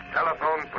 Telephone